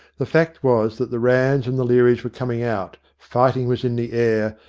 the fact was that the ranns and the learys were coming out, fighting was in the air,